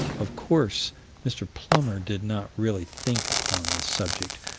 of course mr. plummer did not really think upon this subject,